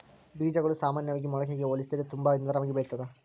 ಬೇಜಗಳು ಸಾಮಾನ್ಯವಾಗಿ ಮೊಳಕೆಗಳಿಗೆ ಹೋಲಿಸಿದರೆ ತುಂಬಾ ನಿಧಾನವಾಗಿ ಬೆಳಿತ್ತದ